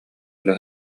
өлө